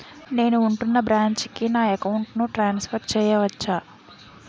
నేను ఉంటున్న బ్రాంచికి నా అకౌంట్ ను ట్రాన్సఫర్ చేయవచ్చా?